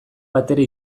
batere